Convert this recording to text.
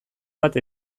bat